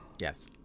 Yes